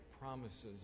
promises